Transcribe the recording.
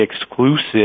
exclusive